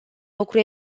lucru